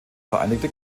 vereinigte